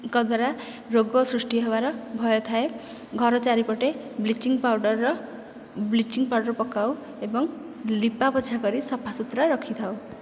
ଙ୍କ ଦ୍ଵାରା ରୋଗ ସୃଷ୍ଟି ହେବାର ଭୟ ଥାଏ ଘର ଚାରିପଟେ ବ୍ଲିଚିଂ ପାଉଡ଼ରର ବ୍ଲିଚିଂ ପାଉଡ଼ର ପକାଉ ଏବଂ ଲିପାପୋଛା କରି ସଫା ସୁତୁରା ରଖିଥାଉ